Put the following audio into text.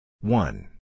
One